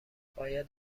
باید